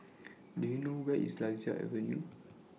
Do YOU know Where IS Lasia Avenue